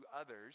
others